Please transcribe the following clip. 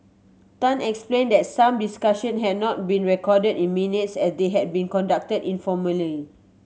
Tan explained that some discussion had not been recorded in minutes as they had been conducted informally